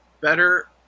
better